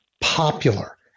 popular